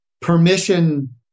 permission